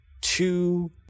two